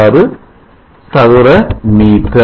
156 சதுர மீட்டர்